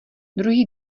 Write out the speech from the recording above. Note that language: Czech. druhý